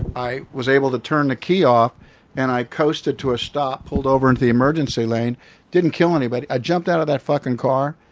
i was able to turn the key off and i coasted to a stop, pulled over into the emergency lane, and didn't kill anybody. i jumped out of that fucking car,